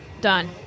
Done